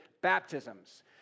baptisms